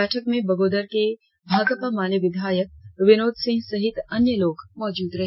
बैठक में बगोदर के भाकपा माले विधायक विनोद सिंह सहित अन्य लोग मौजूद रहे